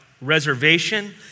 reservation